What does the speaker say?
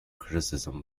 criticism